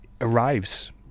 arrives